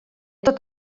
tot